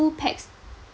two pax